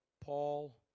Paul